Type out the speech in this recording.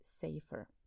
safer